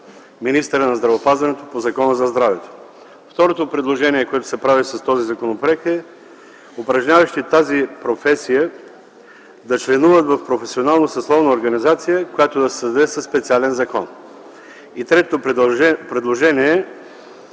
министъра на здравеопазването по Закона за здравето. Второто предложение, което се прави с този законопроект, е упражняващи тази професия да членуват в професионална съсловна организация, която да се създаде със специален закон. И третото предложение -